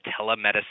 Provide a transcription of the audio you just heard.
telemedicine